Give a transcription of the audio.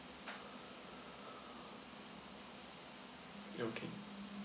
okay